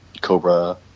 Cobra